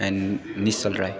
and Nishchal Rai